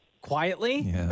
quietly